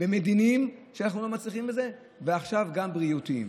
ומדיניים, ועכשיו גם בריאותיים.